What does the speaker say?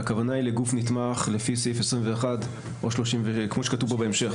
אלא הכוונה היא לגוף נתמך לפי סעיף 21 כמו שכתוב פה בהמשך.